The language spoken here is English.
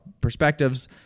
perspectives